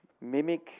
mimic